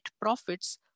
profits